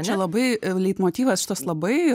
čia labai leitmotyvas šitas labai